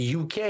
UK